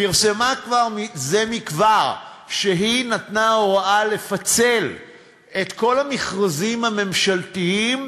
פרסמה זה מכבר שהיא נתנה הוראה לפצל את כל המכרזים הממשלתיים